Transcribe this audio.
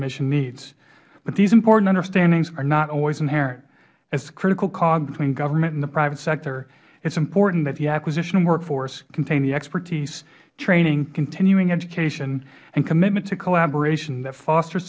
mission needs but these important understandings are not always inherent as the critical cog between government and the private sector it is important that the acquisition workforce contain the expertise training continuing education and commitment to collaboration that fosters